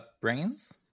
brains